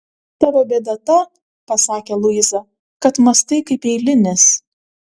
tavo bėda ta pasakė luiza kad mąstai kaip eilinis